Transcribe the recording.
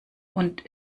und